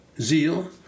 zeal